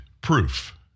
proof